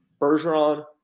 Bergeron